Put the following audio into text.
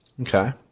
Okay